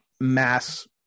mass